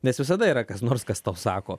nes visada yra kas nors kas tau sako